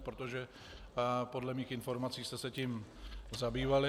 Protože podle mých informací jste se tím zabývali.